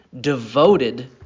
devoted